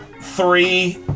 Three